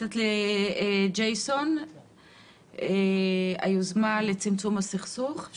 ג'יסון מהיוזמה לצמצום הסכסוך, בבקשה.